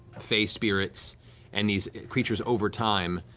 fey spirits and these creatures over time,